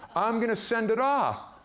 i'm gonna send it off.